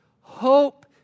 hope